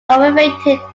cultivated